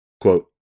quote